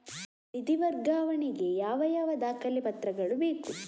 ನಿಧಿ ವರ್ಗಾವಣೆ ಗೆ ಯಾವ ಯಾವ ದಾಖಲೆ ಪತ್ರಗಳು ಬೇಕು?